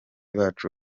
bacu